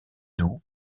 doux